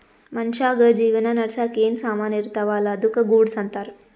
ಮನ್ಶ್ಯಾಗ್ ಜೀವನ ನಡ್ಸಾಕ್ ಏನ್ ಸಾಮಾನ್ ಇರ್ತಾವ ಅಲ್ಲಾ ಅದ್ದುಕ ಗೂಡ್ಸ್ ಅಂತಾರ್